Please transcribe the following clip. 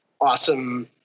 awesome